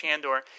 Chandor